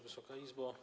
Wysoka Izbo!